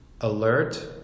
Alert